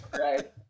Right